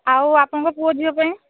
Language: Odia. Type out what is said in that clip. ଆଉ ଆପଣଙ୍କ ପୁଅ ଝିଅ ପାଇଁ